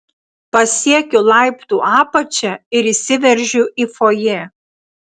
pasiekiu laiptų apačią ir įsiveržiu į fojė